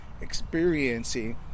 experiencing